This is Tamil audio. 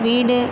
வீடு